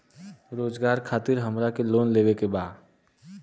रोजगार खातीर हमरा के लोन लेवे के बा?